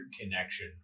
connection